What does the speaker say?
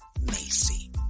Macy